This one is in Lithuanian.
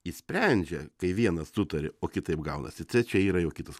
išsprendžia kai vienas sutaria o kitaip gaunasi tai čia yra jau kitas